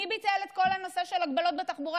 מי ביטל את כל הנושא של הגבלות בתחבורה